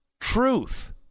truth